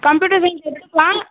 computer science எடுத்துக்கலாம்